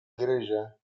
gryzie